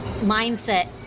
mindset